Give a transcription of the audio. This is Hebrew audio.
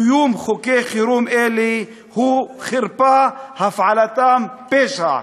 קיום חוקי חירום אלה הוא חרפה, הפעלתם, פשע".